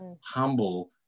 humble